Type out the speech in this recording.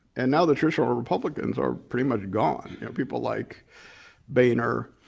and now the traditional republicans are pretty much gone. you know people like boehner,